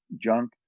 junk